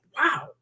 wow